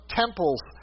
temples